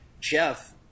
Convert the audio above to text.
jeff